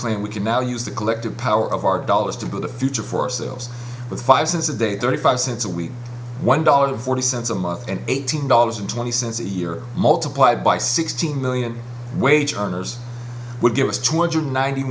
plan we can now use the collective power of our dollars to build a future for ourselves with five cents a day thirty five cents a week one dollar forty cents a month and eighteen dollars and twenty cents a year multiplied by sixteen million wage earners would give us two